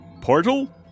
Portal